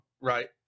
Right